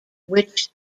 which